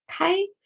Okay